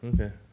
Okay